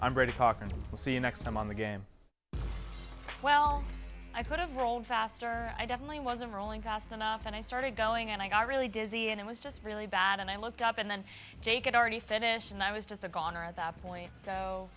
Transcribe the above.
i'm ready to talk and see you next time on the game well i could have rolled faster i definitely wasn't rolling fast enough and i started going and i got really dizzy and i was just really bad and i looked up and then jay could already finish and i was just a goner about point so